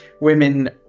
women